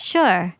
Sure